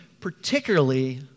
particularly